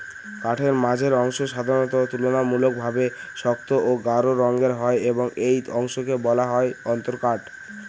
কাঠের মাঝের অংশ সাধারণত তুলনামূলকভাবে শক্ত ও গাঢ় রঙের হয় এবং এই অংশকে বলা হয় অন্তরকাঠ